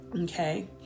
Okay